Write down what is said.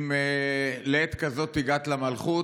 "אם לעת כזאת הגעת למלכות"